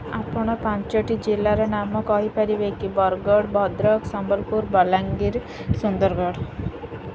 ଆପଣ ପାଞ୍ଚଟି ଜିଲ୍ଲାର ନାମ କହିପାରିବେ କି ବରଗଡ଼ ଭଦ୍ରକ ସମ୍ବଲପୁର ବଲାଙ୍ଗୀର ସୁନ୍ଦରଗଡ଼